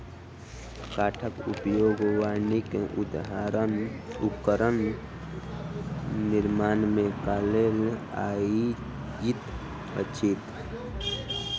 काठक उपयोग वाणिज्यक उपकरण निर्माण में कयल जाइत अछि